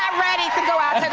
um ready to go out